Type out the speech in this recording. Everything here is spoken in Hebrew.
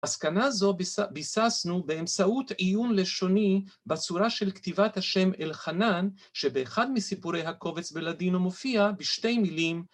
‫מסקנה זו ביססנו באמצעות עיון לשוני ‫בצורה של כתיבת השם אל-חנן, ‫שבאחד מסיפורי הקובץ בלדינו ‫מופיע בשתי מילים,